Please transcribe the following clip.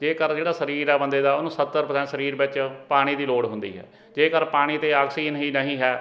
ਜੇਕਰ ਜਿਹੜਾ ਸਰੀਰ ਹੈ ਬੰਦੇ ਦਾ ਉਹਨੂੰ ਸੱਤਰ ਪ੍ਰਸੈਂਟ ਸਰੀਰ ਵਿੱਚ ਪਾਣੀ ਦੀ ਲੋੜ ਹੁੰਦੀ ਹੈ ਜੇਕਰ ਪਾਣੀ ਅਤੇ ਆਕਸੀਜਨ ਹੀ ਨਹੀਂ ਹੈ